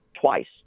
twice